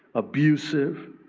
abusive,